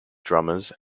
drummers